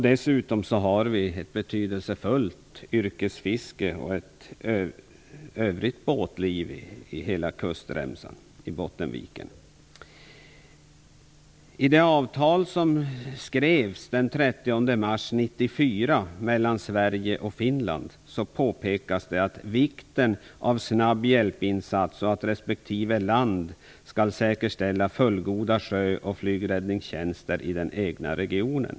Dessutom har vi ett betydelsefullt yrkesfiske och ett övrigt båtliv längs hela kustremsan i Bottenviken. Sverige och Finland påpekas vikten av snabb hjälpinsats och att respektive land skall säkerställa fullgoda sjö och flygräddningstjänster i den egna regionen.